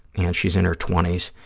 and she's in her twenty s,